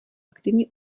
aktivně